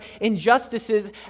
injustices